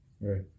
Right